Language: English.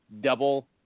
double